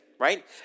Right